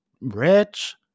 rich